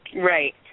Right